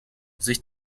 sich